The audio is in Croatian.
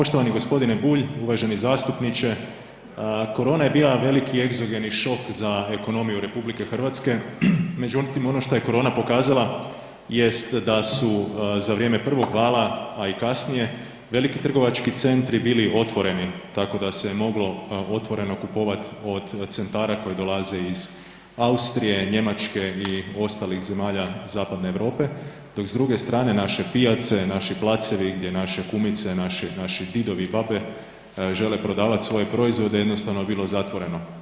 Poštovani g. Bulj, uvaženi zastupniče, korona je bila veliki egzogeni šok za ekonomiju RH međutim ono što je korona pokazala jest da su za vrijeme prvog vala a i kasnije, veliki trgovački centri bili otvoreni, tako da se moglo otvoreno kupovat od centara koji dolaze iz Austrije, Njemačke i ostalih zemalja zapadne Europe dok s druge strane naše pijace, naši placevi gdje naše kumice, naši didovi i babe žele prodavat svoje proizvode, jednostavno je bilo zatvoreno.